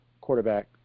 quarterback